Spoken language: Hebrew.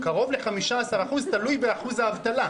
קרוב ל-15%, תלוי באחוז האבטלה.